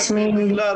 לא,